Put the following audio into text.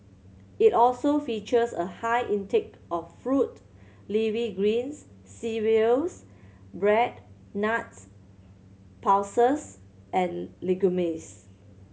it also features a high intake of fruit leafy greens cereals bread nuts pulses and